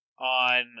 on